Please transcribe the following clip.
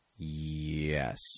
yes